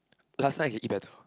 last night you eat better